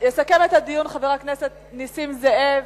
יסכם את הדיון חבר הכנסת נסים זאב,